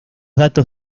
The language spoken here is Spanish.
datos